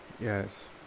Yes